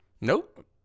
Nope